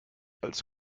als